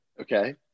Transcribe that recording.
Okay